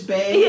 Bay